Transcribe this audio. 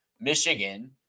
Michigan